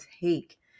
take